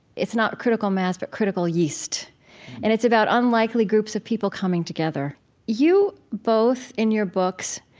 it's not critical mass, but critical yeast and it's about unlikely groups of people coming together you both in your books,